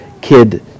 kid